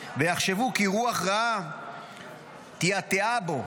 ויחשבו כי רוח רעה תעתעה בו.